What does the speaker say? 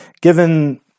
given